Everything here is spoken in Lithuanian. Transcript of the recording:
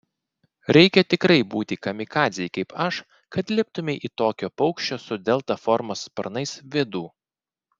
reikia tikrai būti kamikadzei kaip aš kad liptumei į tokio paukščio su delta formos sparnais vidų